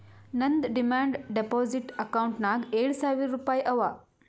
ನಂದ್ demand deposit ಅಕೌಂಟ್ನಾಗ್ ಏಳ್ ಸಾವಿರ್ ರುಪಾಯಿ ಅವಾ